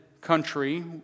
country